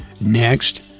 Next